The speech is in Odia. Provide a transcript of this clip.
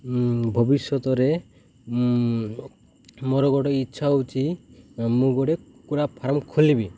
ଭବିଷ୍ୟତରେ ମୁଁ ମୋର ଗୋଟେ ଇଚ୍ଛା ହେଉଛି ମୁଁ ଗୋଟେ କୁକୁଡ଼ା ଫାର୍ମ ଖୋଲିବି